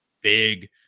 big